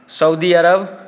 Saudi Arab